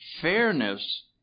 Fairness